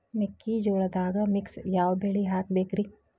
ಮೆಕ್ಕಿಜೋಳದಾಗಾ ಮಿಕ್ಸ್ ಯಾವ ಬೆಳಿ ಹಾಕಬೇಕ್ರಿ?